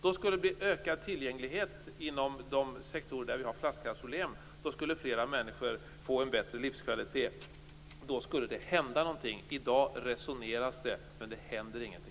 Då skulle det bli ökad tillgänglighet inom de sektorer där vi har flaskhalsproblem. Då skulle fler människor få en bättre livskvalitet. Då skulle det hända någonting. I dag resoneras det, men det händer ingenting.